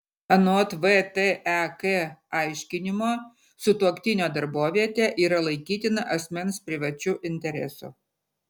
anot vtek aiškinimo sutuoktinio darbovietė yra laikytina asmens privačiu interesu